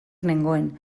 nengoen